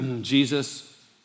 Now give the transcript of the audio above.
Jesus